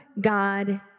God